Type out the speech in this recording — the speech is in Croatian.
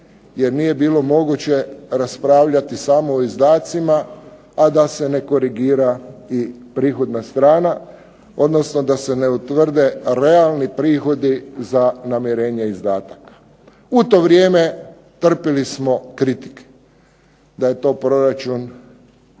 jer nije bilo moguće raspravljati samo o izdacima, a da se ne korigira i prihodna strana, odnosno da se ne utvrde realni prihodi za namirenje izdataka. U to vrijeme trpili smo kritike da je to proračun